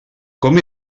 com